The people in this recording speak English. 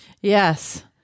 yes